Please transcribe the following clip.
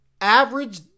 average